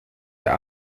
der